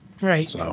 Right